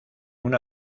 una